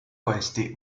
questi